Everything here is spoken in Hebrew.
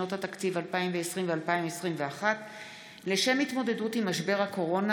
בשנות התקציב 2020 ו-2021 לשם התמודדות עם משבר הקורונה),